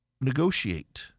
negotiate